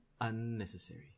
unnecessary